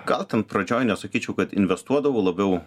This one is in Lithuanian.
gal ten pradžioj nesakyčiau kad investuodavau labiau